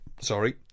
Sorry